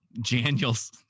Daniels